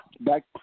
Back